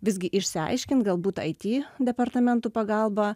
visgi išsiaiškint galbūt it departamentų pagalba